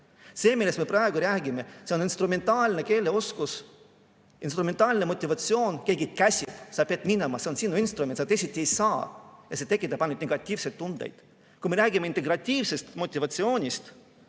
See, millest me praegu räägime, on instrumentaalne keeleoskus, instrumentaalne motivatsioon. Keegi käsib, sa pead minema, see on sinu instrument, sa teisiti ei saa – ja see tekitab ainult negatiivseid tundeid. Kui me räägime integratiivsest motivatsioonist,